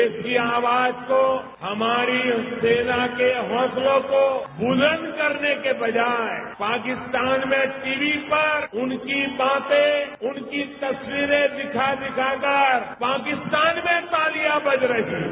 देश की आवाज को हमारी सेना के हाँसलों को बुलंद करने की बजाय पाकिस्तान में टीवी पर उनकी बातें उनकी तस्वीरें दिखा दिखाकर पाकिस्तान में तालियां बज रही है